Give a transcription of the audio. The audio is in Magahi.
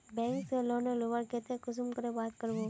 बैंक से लोन लुबार केते कुंसम करे बात करबो?